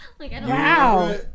Wow